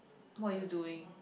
what are you doing